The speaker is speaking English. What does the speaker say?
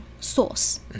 Sauce